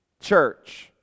church